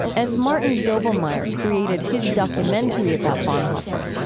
as martin doblmeier created his documentary about bonhoeffer,